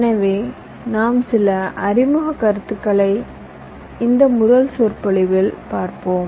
எனவே நாம் சில அறிமுக தலைப்புகளை இந்த முதல் சொற்பொழிவில் பார்ப்போம்